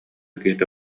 киһитэ